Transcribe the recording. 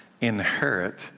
inherit